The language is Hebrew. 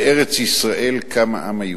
"בארץ-ישראל קם העם היהודי",